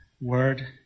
word